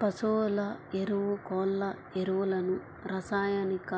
పశువుల ఎరువు, కోళ్ళ ఎరువులను రసాయనిక